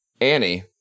Annie